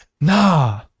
nah